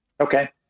Okay